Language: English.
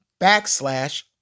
backslash